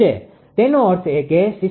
તેનો અર્થ એ કે સિસ્ટમ 59